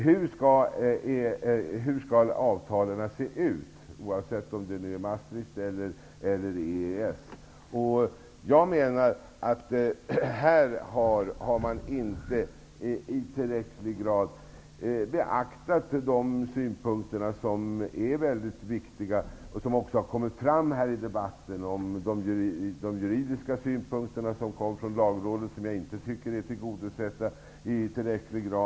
Hur skall avtalen se ut, oavsett om det gäller Maastricht eller EES? Här har man inte i tillräcklig grad beaktat de synpunkter som är viktiga och som har kommit fram i debatten. Det gäller t.ex. de juridiska synpunkterna från Lagrådet, som jag inte tycker är tillgodosedda i tillräcklig grad.